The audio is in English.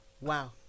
Wow